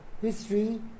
History